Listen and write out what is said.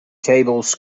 tables